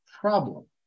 problem